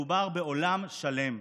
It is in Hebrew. מדובר בעולם שלם,